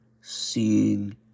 seeing